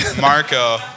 Marco